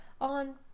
on